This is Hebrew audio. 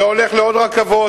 זה הולך לעוד רכבות,